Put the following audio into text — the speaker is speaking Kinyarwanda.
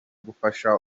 gufasha